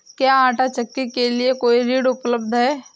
क्या आंटा चक्की के लिए कोई ऋण उपलब्ध है?